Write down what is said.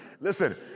listen